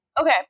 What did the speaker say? Okay